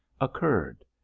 occurred